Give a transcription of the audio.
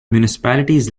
municipalities